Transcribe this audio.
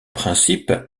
principe